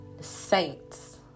saints